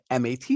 MAT